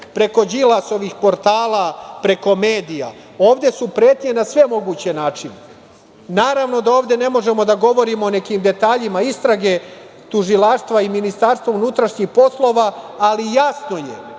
preko Đilasovih portala, preko medija. Ovde su pretnje na sve moguće načine. Naravno da ovde ne možemo da govorimo o nekim detaljima istrage tužilaštva i MUP-a, ali jasno jedna